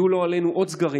יהיו, לא עלינו, עוד סגרים.